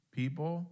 people